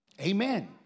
amen